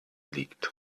liegt